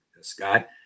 Scott